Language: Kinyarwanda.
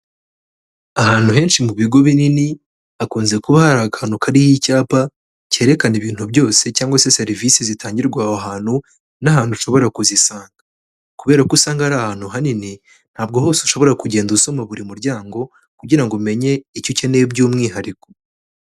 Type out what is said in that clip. Ahantu henshi mu bigo binini hakunze kuba hari akantu kariho icyapa kerekana ibintu byose cyangwa serivisi zitangirwa aho hantu n'ahantu ushobora kuzisanga. Kubera ko usanga ari ahantu hanini ntabwo hose ushobora kugenda usoma buri muryango kugira ngo umenye icyo ukeneye by'umwihariko.